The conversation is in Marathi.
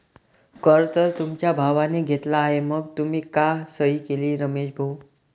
कर तर तुमच्या भावाने घेतला आहे मग तुम्ही का सही केली रमेश भाऊ?